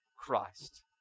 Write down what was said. Christ